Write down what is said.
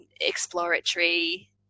exploratory